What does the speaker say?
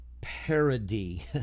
parody